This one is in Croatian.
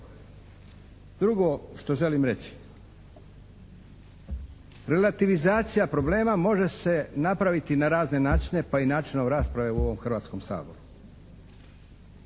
Drugo što želim reći, relativizacija problema može se napraviti na razne načine pa i načine o raspravi u ovom Hrvatskom saboru.